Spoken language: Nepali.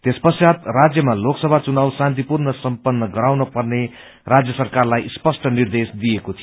त्यस पश्चात राज्यमा लोकसभा चुनाव शान्तिपूर्वक सम्पत्र गराउन पर्ने राज्य सरकारलाई स्पष्ट निर्देश दिएको थियो